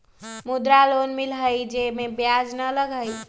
मुद्रा लोन मिलहई जे में ब्याज न लगहई?